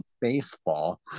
baseball